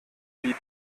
wie